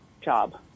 job